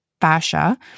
fascia